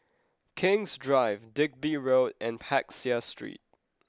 King's Drive Digby Road and Peck Seah Street